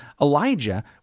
Elijah